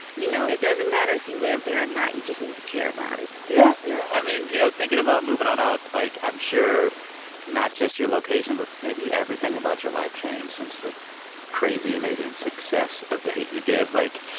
you know, it doesn't matter if you live there or and not, you just need to care about it yeah. yeah. i mean, you know, thinking about moving on up, like, i'm sure not just your location, but maybe everything about your life changed since that crazy, amazing success of the hate u give. like,